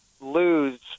lose